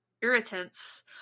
irritants